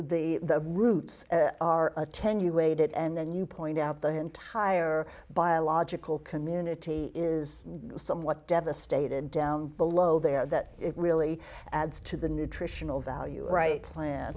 the roots are attenuated and then you point out the entire biological community is somewhat devastated down below there that it really adds to the nutritional value right plan